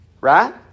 Right